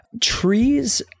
trees